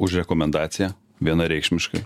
už rekomendaciją vienareikšmiškai